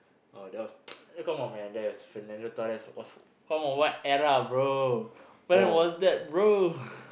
oh that was come on man that was Fernando-Torres come on what era bro when was that bro